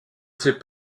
sait